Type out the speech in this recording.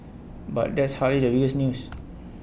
but that's hardly the biggest news